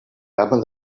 gamma